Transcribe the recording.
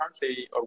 currently